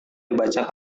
dibaca